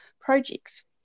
projects